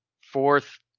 fourth